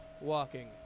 walking